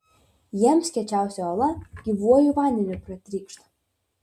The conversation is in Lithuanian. jiems kiečiausia uola gyvuoju vandeniu pratrykšta